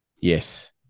Yes